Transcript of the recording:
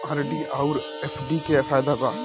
RD आउर FD के का फायदा बा?